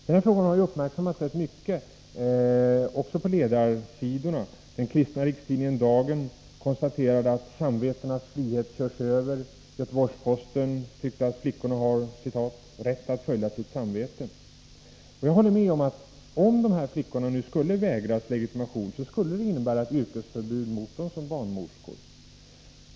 Denna fråga har uppmärksammats rätt mycket, också på ledarsidorna. Den kristna rikstidningen Dagen konstaterade att ”samvetenas frihet körs över”. Göteborgs-Posten tyckte att flickorna har ”rätt att följa sitt samvete”. Jag håller med om att om dessa flickor nu skulle vägras legitimation skulle det innebära ett yrkesförbud för dem som barnmorskor.